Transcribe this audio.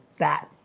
that.